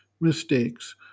mistakes